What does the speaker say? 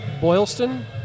boylston